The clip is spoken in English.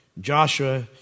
Joshua